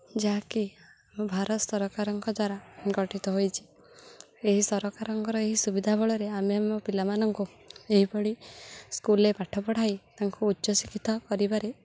ଯାହାକି ଭାରତ ସରକାରଙ୍କ ଦ୍ୱାରା ଗଠିତ ହୋଇଛି ଏହି ସରକାରଙ୍କର ଏହି ସୁବିଧା ବଳରେ ଆମେ ଆମ ପିଲାମାନଙ୍କୁ ଏହିଭଳି ସ୍କୁଲ୍ରେ ପାଠ ପଢ଼ାଇ ତାଙ୍କୁ ଉଚ୍ଚ ଶିକ୍ଷିତ କରିବାରେ